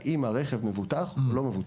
האם הרכב מבוטח או לא.